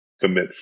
commit